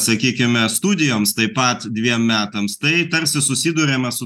sakykime studijoms taip pat dviem metams tai tarsi susiduriame su